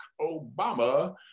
Obama